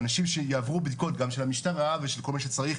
אנשים שיעברו בדיקות גם של המשטרה ושל כל מי שצריך,